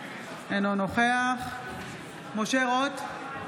אינו נוכח משה רוט,